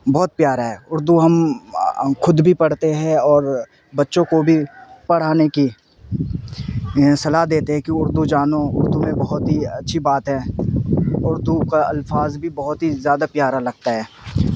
بہت پیارا ہے اردو ہم خود بھی پڑھتے ہیں اور بچوں کو بھی پڑھانے کی صلاح دیتے ہیں کی اردو جانو اردو میں بہت ہی اچھی بات ہے اردو کا الفاظ بھی بہت ہی زیادہ پیارا لگتا ہے